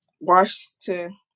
washington